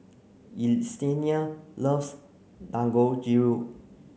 Yesenia loves Dangojiru